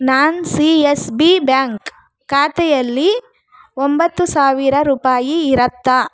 ನನ್ C S B bank ಖಾತೆಯಲ್ಲಿ ಒಂಬತ್ತು ಸಾವಿರ ರೂಪಾಯಿ ಇರುತ್ತಾ